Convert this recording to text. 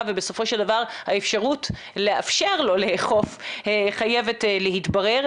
ובסופו של דבר האפשרות לאפשר לו לאכוף חייבת להתברר,